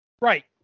Right